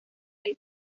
del